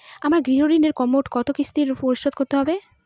আমার গৃহঋণ মোট কত কিস্তিতে পরিশোধ করতে হবে?